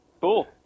Cool